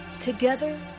together